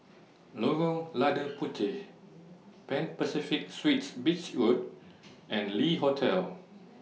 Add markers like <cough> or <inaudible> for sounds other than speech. Lorong Lada <noise> Puteh Pan Pacific Suites Beach Road <noise> and Le Hotel